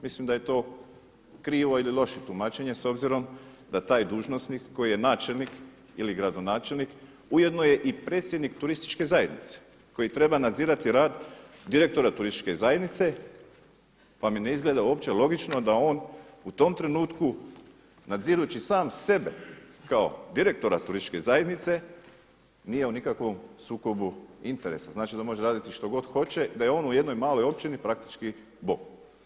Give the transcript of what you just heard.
Mislim da je to krivo ili loše tumačenje s obzirom da taj dužnosnik koji je načelnik ili gradonačelnik ujedno je i predsjednik turističke zajednice koji treba nadzirati rad direktora turističke zajednice pa mi ne izgleda uopće logično da on u tom trenutku nadzirući sam sebe kao direktora turističke zajednice nije u nikakvom sukobu interesa, znači da može raditi što god hoće i da je on u jednoj maloj općini praktički Bog.